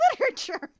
literature